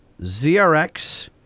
ZRX